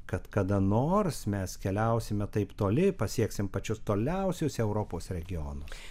kad kada nors mes keliausime taip toli pasieksim pačius toliausius europos regionus